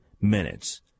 minutes